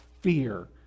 fear